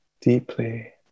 deeply